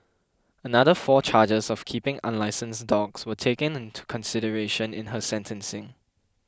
another four charges of keeping unlicensed dogs were taken into consideration in her sentencing